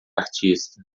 artista